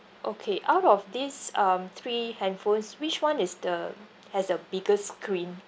okay out of these um three handphones which one is the has the biggest screen